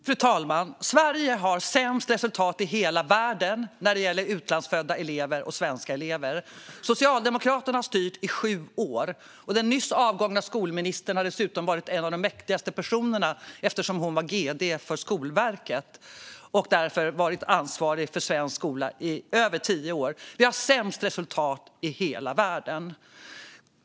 Fru talman! Sverige har sämst resultat i hela världen när det gäller skillnaderna mellan utlandsfödda elever och svenskfödda elever. Socialdemokraterna har styrt i sju år, och den nyss avgångna skolministern har som tidigare gd för Skolverket och därmed ansvarig för svensk skola varit en av de mäktigaste i över tio år. Vi har sämst resultat i hela världen.